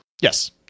Yes